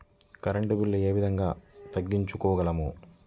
Current bill ఏ విధంగా తగ్గించుకోగలము?